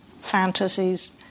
fantasies